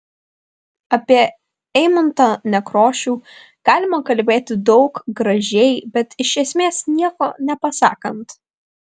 apie eimuntą nekrošių galima kalbėti daug gražiai bet iš esmės nieko nepasakant